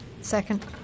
Second